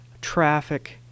traffic